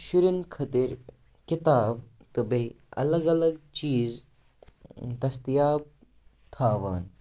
شُرٮ۪ن خٲطر کِتاب تہٕ بیٚیہِ الگ الگ چیٖز دٔستِیاب تھاوان